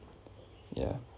ya